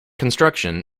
construction